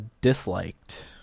disliked